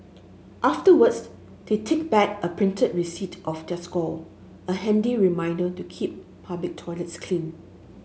afterwards they take back a printed receipt of their score a handy reminder to keep public toilets clean